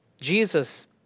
Jesus